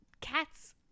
cats